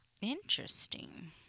Interesting